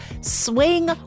swing